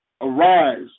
Arise